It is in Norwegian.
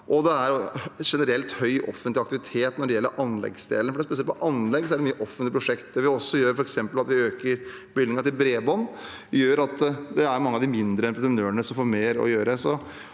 Det er generelt høy offentlig aktivitet når det gjelder anleggsdelen – spesielt når det gjelder anlegg, er det mye offentlige prosjekter. Det vi også gjør, er at vi f.eks. øker bevilgningen til bredbånd. Det gjør at det er mange av de mindre entreprenørene som får mer å gjøre.